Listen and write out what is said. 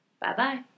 Bye-bye